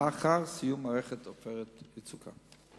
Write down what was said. לאחר סיום מערכת "עופרת יצוקה".